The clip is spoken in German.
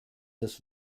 des